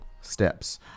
steps